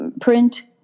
print